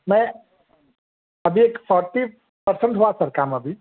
میں ابھی ایک فورٹی پرسینٹ ہُوا سر کام ابھی